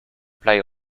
play